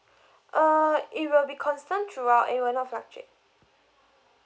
uh it will be constant throughout it will not fluctuate